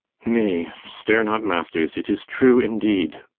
nay, stare not, masters it is true, indeed.